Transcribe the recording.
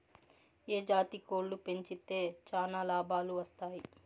ఏ జాతి కోళ్లు పెంచితే చానా లాభాలు వస్తాయి?